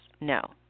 No